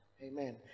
amen